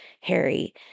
harry